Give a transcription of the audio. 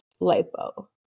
lipo